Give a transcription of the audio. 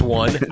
one